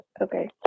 okay